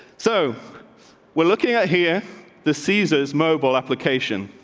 so we're looking at here the caesars mobile application,